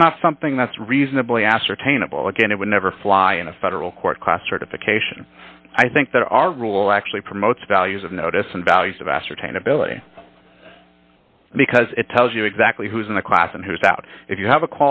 it's not something that's reasonably ascertainable again it would never fly in a federal court class certification i think that all rule actually promotes values of notice and values of ascertain ability because it tells you exactly who's in the class and who's out if you have a